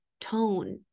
tone